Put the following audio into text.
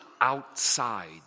outside